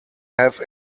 have